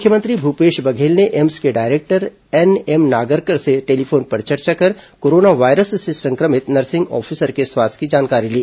मुख्यमंत्री भूपेश बघेल ने एम्स के डायरेक्टर एनएम नागरकर से टेलीफोन पर चर्चा कर कोरोना वायरस से संक्रमित नर्सिंग ऑफिसर के स्वास्थ्य की जानकारी ली